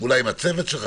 אולי עם הצוות שלך,